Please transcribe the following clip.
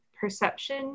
Perception